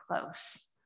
close